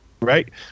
right